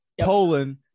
Poland